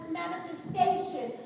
manifestation